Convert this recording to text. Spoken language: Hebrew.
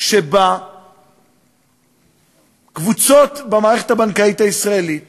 שבה קבוצות במערכת הבנקאית הישראלית